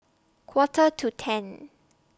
Quarter to ten